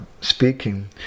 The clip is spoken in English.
speaking